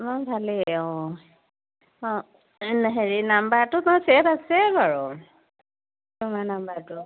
মোৰ ভালেই অঁ অঁ হেৰি নাম্বাৰটো মোৰ ছেভ আছেই বাৰু তোমাৰ নাম্বাৰটো